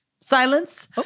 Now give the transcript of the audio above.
silence